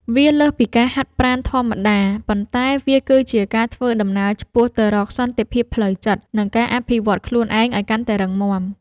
វាលើសពីការហាត់ប្រាណធម្មតា ប៉ុន្តែវាគឺជាការធ្វើដំណើរឆ្ពោះទៅរកសន្តិភាពផ្លូវចិត្ត និងការអភិវឌ្ឍខ្លួនឯងឱ្យកាន់តែរឹងមាំ។